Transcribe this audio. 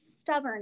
stubborn